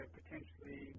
potentially